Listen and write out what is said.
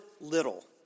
little